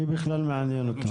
מי בכלל מעניין אותו?